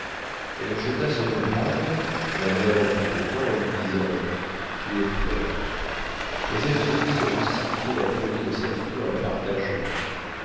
elle jeta son ouvrage la mère en fit autant en lui disant tu es folle mais elle se plut à justifier la folie de sa fille en la partageant